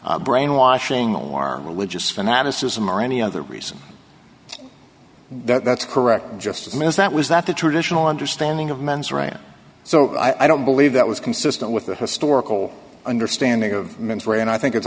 brainwashing more religious fanaticism or any other reason that's correct just as miss that was that the traditional understanding of men's rights so i don't believe that was consistent with the historical understanding of mens rea and i think i